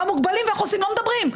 המוגבלים והחוסים לא מדברים.